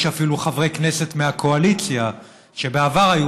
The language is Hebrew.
יש אפילו חברי כנסת מהקואליציה שבעבר היו